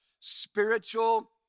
spiritual